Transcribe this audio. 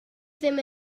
ddim